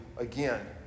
Again